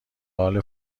حال